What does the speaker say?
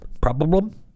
problem